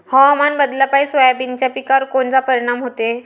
हवामान बदलापायी सोयाबीनच्या पिकावर कोनचा परिणाम होते?